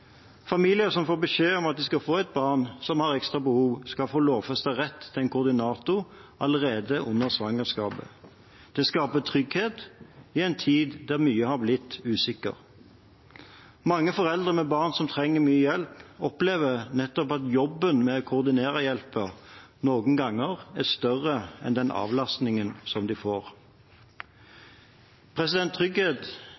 Familier som får beskjed om at de skal få et barn som har ekstra behov, skal få lovfestet rett til en koordinator allerede under svangerskapet. Det skaper trygghet i en tid da mye har blitt usikkert. Mange foreldre med barn som trenger mye hjelp, opplever nettopp at jobben med å koordinere hjelpen noen ganger som større enn den avlastningen som de